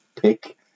Pick